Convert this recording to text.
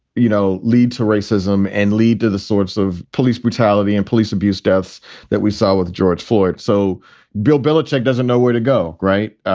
you know, lead to racism and lead to the sorts of police brutality and police abuse deaths that we saw with george floyd. so bill belichick doesn't know where to go. right.